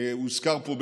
והוזכרו פה,